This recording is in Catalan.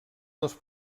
dos